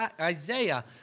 Isaiah